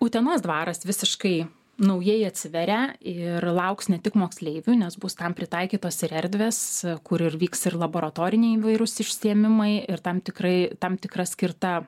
utenos dvaras visiškai naujai atsiveria ir lauks ne tik moksleivių nes bus tam pritaikytos ir erdvės kur ir vyks ir laboratoriniai įvairūs užsiėmimai ir tam tikrai tam tikra skirta